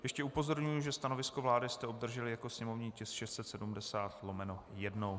Ještě upozorňuji, že stanovisko vlády jste obdrželi jako sněmovní tisk 670/1.